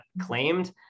claimed